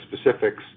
specifics